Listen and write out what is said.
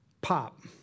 pop